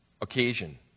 occasion